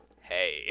Hey